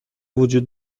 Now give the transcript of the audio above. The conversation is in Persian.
وجود